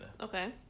Okay